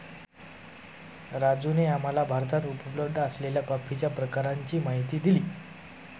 राजूने आम्हाला भारतात उपलब्ध असलेल्या कॉफीच्या प्रकारांची माहिती दिली